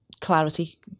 clarity